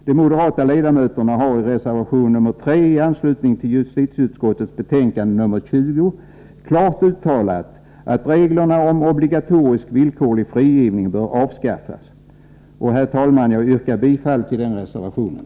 De moderata ledamöterna har i reservation 3 i anslutning till justitieutskottets betänkande 20 klart uttalat att reglerna om obligatorisk, villkorlig frigivning bör avskaffas. Herr talman! Jag yrkar bifall till reservation 3.